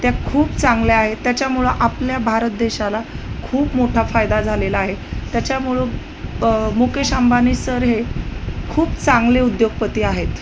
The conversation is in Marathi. त्या खूप चांगल्या आहेत त्याच्यामुळं आपल्या भारत देशाला खूप मोठा फायदा झालेला आहे त्याच्यामुळं मुकेश अंबानी सर हे खूप चांगले उद्योगपती आहेत